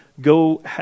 go